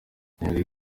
yemereye